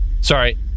Sorry